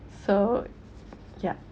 so yup